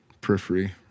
periphery